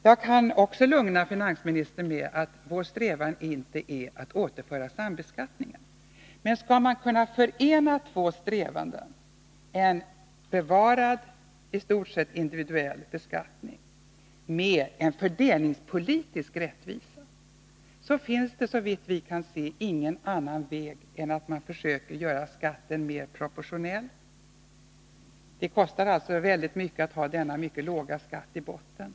Jag kan också lugna finansministern med att säga att vår strävan inte är att återinföra sambeskattningen. Men skall man kunna förena två strävanden — en bevarad i stort sett individuell beskattning med en fördelningspolitisk rättvisa — då finns det, såvitt vi kan se, ingen annan väg än att försöka göra skatten mer proportionell. Det kostar nämligen väldigt mycket att ha denna mycket låga skatt i botten.